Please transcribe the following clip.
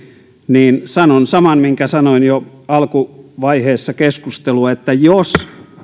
niin sanon saman minkä sanoin jo alkuvaiheessa keskustelua että jos